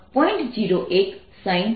તે જવાબ છે